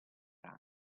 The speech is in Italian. rana